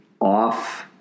off